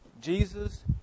Jesus